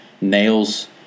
nails